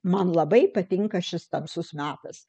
man labai patinka šis tamsus metas